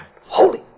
Holy